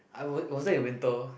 I would was that in winter